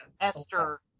Esther